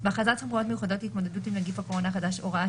בהכרזת סמכויות מיוחדות להתמודדות עם נגיף הקורונה החדש (הוראת